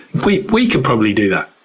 we we could probably do that.